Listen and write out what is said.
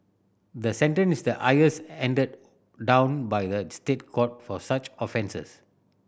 the sentence is the highest handed down by the State Court for such offences